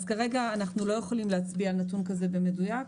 אז כרגע אנחנו לא יכולים להצביע על נתון כזה במדויק.